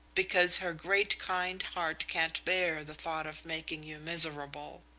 because her great kind heart can't bear the thought of making you miserable?